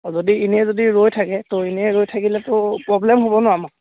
অঁ যদি এনেই যদি ৰৈ থাকে ত' এনেই ৰৈ থাকিলেতো প্ৰব্লেম হ'ব নহ্ আমাৰ